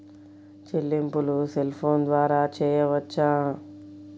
చెల్లింపులు cell phone ద్వారా చేయవచ్చా?